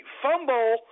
fumble